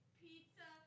pizza